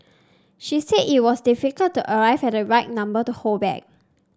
she said it was difficult to arrive at the right number to hold back